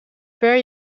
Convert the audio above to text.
per